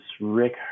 Rick